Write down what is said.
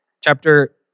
chapter